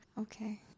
Okay